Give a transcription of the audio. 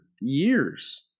years